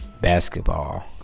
basketball